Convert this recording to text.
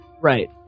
Right